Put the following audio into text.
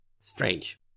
strange